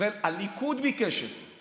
הליכוד ביקש את זה.